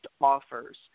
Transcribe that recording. offers